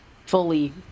Fully